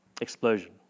explosion